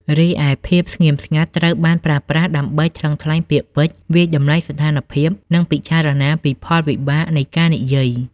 រីឯ ភាពស្ងៀមស្ងាត់ត្រូវបានប្រើប្រាស់ដើម្បីថ្លឹងថ្លែងពាក្យពេចន៍ វាយតម្លៃស្ថានភាព និងពិចារណាពីផលវិបាកនៃការនិយាយ។